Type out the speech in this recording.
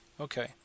Okay